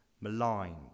maligned